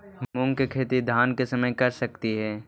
मुंग के खेती धान के समय कर सकती हे?